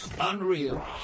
Unreal